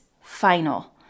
final